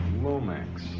Lomax